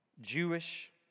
Jewish